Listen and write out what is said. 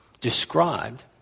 described